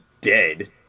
dead